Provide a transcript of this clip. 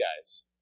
guys